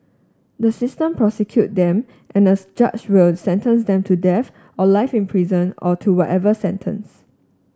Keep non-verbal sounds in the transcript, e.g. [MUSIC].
the system prosecute them and a [UNINTELLIGIBLE] judge will sentence them to death or life in prison or to whatever sentence